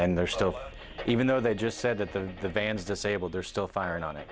and they're still even though they just said that the vans disabled they're still firing on it